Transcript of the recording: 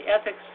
ethics